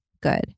good